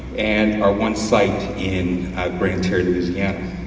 and our one site in grande terre, louisiana.